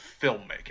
filmmaking